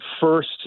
first